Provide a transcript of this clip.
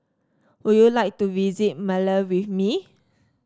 would you like to visit Male with me